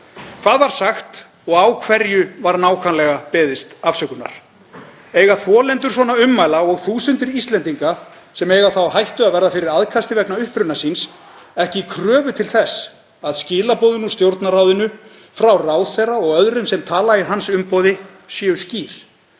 Hvað var sagt og á hverju var nákvæmlega beðist afsökunar? Eiga þolendur svona ummæla og þúsundir Íslendinga sem eiga það á hættu að verða fyrir aðkasti vegna uppruna síns ekki kröfu til þess að skilaboðin úr Stjórnarráðinu, frá ráðherra og öðrum sem tala í hans umboði, séu skýr